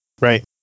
Right